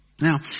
Now